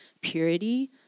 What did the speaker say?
purity